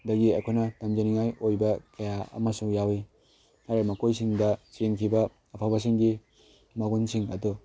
ꯗꯒꯤ ꯑꯩꯈꯣꯏꯅ ꯇꯝꯖꯅꯤꯡꯉꯥꯏ ꯑꯣꯏꯕ ꯀꯌꯥ ꯑꯃꯁꯨ ꯌꯥꯎꯋꯤ ꯑꯩꯅ ꯃꯈꯣꯏꯁꯤꯡꯗ ꯆꯦꯟꯈꯤꯕ ꯑꯐꯕꯁꯤꯡꯒꯤ ꯃꯥꯒꯨꯟꯁꯤꯡ ꯑꯗꯨ